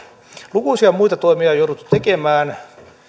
lukuisia muita toimia on jouduttu tekemään